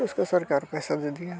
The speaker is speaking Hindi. तो उसका सरकार पैसा दे दिया